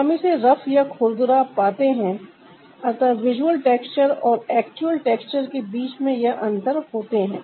हम इसे रफ या खुरदरा पाते हैं अतः विजुअल टेक्सचर और एक्चुअल टेक्सचर के बीच में यह अंतर होते है